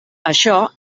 això